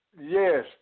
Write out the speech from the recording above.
Yes